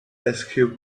escape